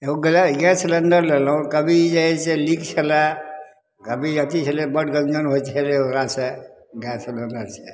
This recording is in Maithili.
एगो गलै गैस सिलेण्डर लेलहुँ कभी जे हइ से लीक छलै कभी अथी छलै बड्ड गञ्जन होइ छलय ओकरासँ गैसवला सँ